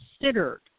considered